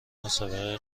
مسابقه